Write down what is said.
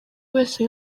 wese